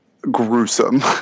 gruesome